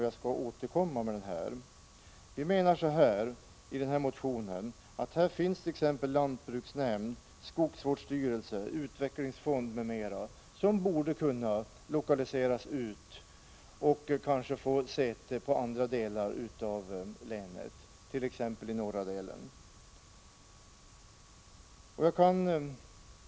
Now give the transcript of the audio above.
Jag skall återkomma med den motionen. Vi menar att här finns lantbruksnämnd, skogsvårdsstyrelse, utvecklingsfond m.m. som borde kunna lokaliseras ut och kanske få säte i andra delar av länet, t.ex. i den norra delen.